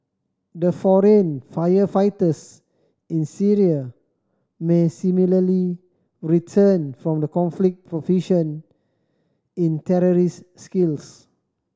the foreign fire fighters in Syria may similarly return from the conflict proficient in terrorist skills